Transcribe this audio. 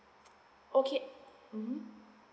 okay mmhmm